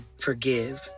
forgive